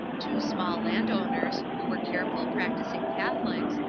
two small landowners, who were careful, practising catholics,